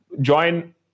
join